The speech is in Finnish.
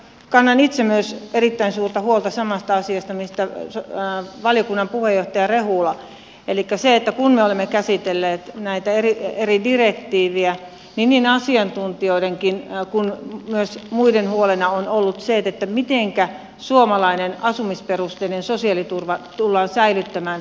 kannan itse myös erittäin suurta huolta samasta asiasta kuin valiokunnan puheenjohtaja rehula elikkä kun me olemme käsitelleet näitä eri direktiivejä niin niin asiantuntijoiden kuin myös muiden huolena on ollut se mitenkä suomalainen asumisperusteinen sosiaaliturva tullaan säilyttämään